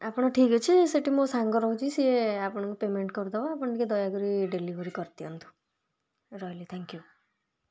ଆପଣ ଠିକ୍ ଅଛି ସେଠି ମୋ ସାଙ୍ଗ ରହୁଛି ସିଏ ଆପଣଙ୍କୁ ପେମେଣ୍ଟ କରିଦେବ ଆପଣ ଟିକେ ଦୟାକରି ଡେଲିଭେରି କରିଦିଅନ୍ତୁ ରହିଲି ଥାଙ୍କ୍ ୟୁ